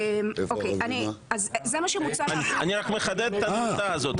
אני רק מחדד את הנקודה הזאת.